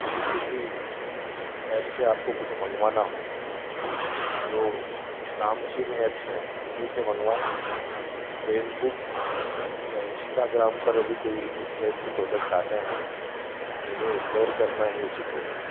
की भी किसी एप से आपको कुछ मंगवाना हो तो जो नामचीन एप्स हैं उन्हीं से मंगवाएं फेसबुक या इंस्टाग्राम पर यदी कोई इस टाइप के प्रोडक्ट आते हैं उन्हें इग्नोर करना ही उचित होगा